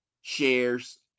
shares